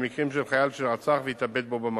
למקרים של חייל שרצח והתאבד בו במקום.